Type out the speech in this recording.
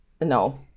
no